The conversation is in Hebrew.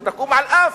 שתקום על אף,